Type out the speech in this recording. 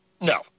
No